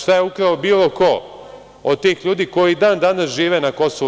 Šta je ukrao bilo ko od tih ljudi koji i dan danas žive na KiM?